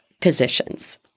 positions